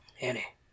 Annie